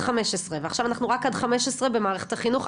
15 ועכשיו אנחנו רק עד 15 במערכת החינוך.